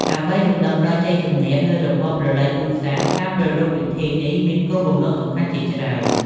ដើម្បីរំឭកដល់ជ័យជម្នះលើរបបប្រល័យពូជសាសន៍ការប្រារព្ធពិធីនេះមានគោលបំណងសំខាន់ជាច្រើន។